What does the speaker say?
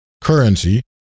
currency